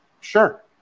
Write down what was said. sure